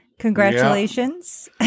congratulations